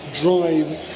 drive